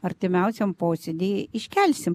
artimiausiam posėdy iškelsim